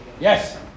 Yes